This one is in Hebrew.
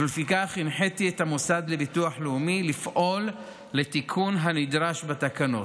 ולפיכך הנחיתי את המוסד לביטוח לאומי לפעול לתיקון הנדרש בתקנות.